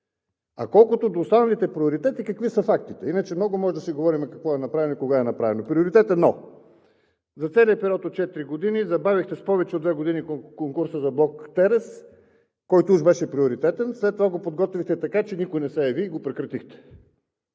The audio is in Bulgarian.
А колкото до останалите приоритети, какви са фактите? Иначе много можем да си говорим какво е направено и кога е направено. Приоритет едно – за целия период от четири години забавихте с повече от две години конкурса за блок „Терес“, който уж беше приоритетен, след това го подготвихте така, че никой не се яви и го прекратихте.